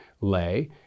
lay